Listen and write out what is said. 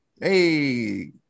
Hey